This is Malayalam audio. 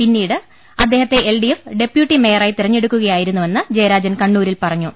പിന്നീട് അദ്ദേഹത്തെ എൽഡിഎഫ് ഡെപ്യൂട്ടി മേയറായി തെരഞ്ഞെടുക്കുകയായിരുന്നുവെന്ന് ജയരാജൻ കണ്ണൂരിൽ പറഞ്ഞു